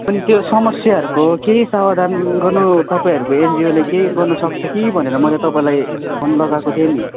अनि त्यो समस्याहरूको केही समाधान गर्नु तपाईँहरूको एनजिओले केही गर्नु सक्छ कि भनेर मैले तपाईँलाई फोन लगाएको थिएँ नि